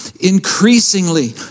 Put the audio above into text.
increasingly